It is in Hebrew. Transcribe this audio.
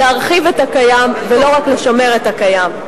להרחיב את הקיים ולא רק לשמר את הקיים.